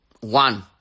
One